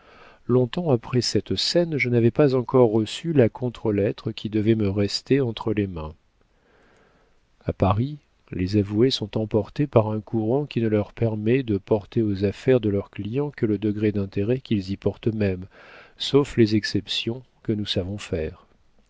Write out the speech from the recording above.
longtemps après cette scène je n'avais pas encore reçu la contre-lettre qui devait me rester entre les mains a paris les avoués sont emportés par un courant qui ne leur permet de porter aux affaires de leurs clients que le degré d'intérêt qu'ils y portent eux-mêmes sauf les exceptions que nous savons faire